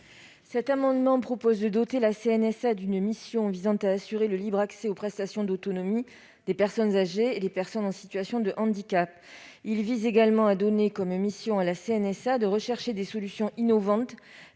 Cet amendement vise à confier à la CNSA la mission d'assurer le libre accès aux prestations d'autonomie des personnes âgées et des personnes en situation de handicap. Il tend également à demander à la CNSA de rechercher des solutions innovantes